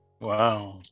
wow